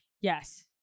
Yes